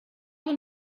them